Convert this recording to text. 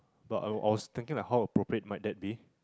but I I was thinking how to appropriate might that be